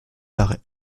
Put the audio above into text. paraît